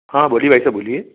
हाँ बोलिए भाई साहब बोलिए